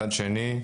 מצד שני,